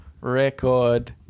record